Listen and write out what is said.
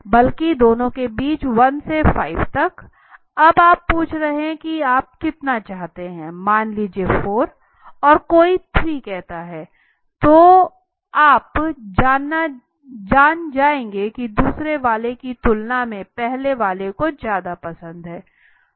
बल्कि दोनों के बीच 1 से 5 तक आप पूछ रहे हैं कि आप कितना चाहते है मान लीजिए 4 और कोई 3 कहते हैं और तो आप जान जाएंगे कि दूसरे वाले की तुलना में पहले वाले को ज्यादा पसंद है